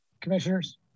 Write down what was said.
commissioners